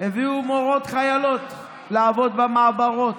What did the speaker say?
הביאו מורות חיילות לעבוד במעבורות.